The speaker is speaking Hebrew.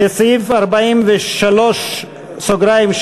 על סעיף 43(3), הסתייגות